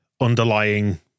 underlying